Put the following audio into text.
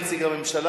השר מרגי נציג הממשלה?